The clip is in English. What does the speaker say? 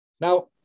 Now